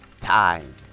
time